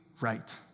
right